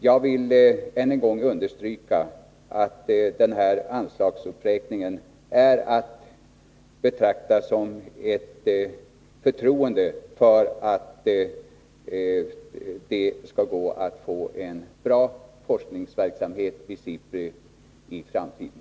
Jag vill än en gång understryka att den här anslagsuppräkningen är att betrakta som ett förtroende för att det skall gå att få en bra forskningsverksamhet i SIPRI i framtiden.